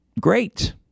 great